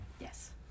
Yes